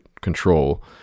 control